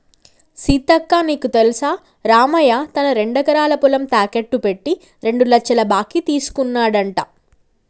సీతక్క నీకు తెల్సా రామయ్య తన రెండెకరాల పొలం తాకెట్టు పెట్టి రెండు లచ్చల బాకీ తీసుకున్నాడంట